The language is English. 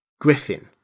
Griffin